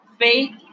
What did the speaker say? faith